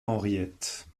henriette